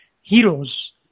heroes